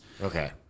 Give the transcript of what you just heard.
Okay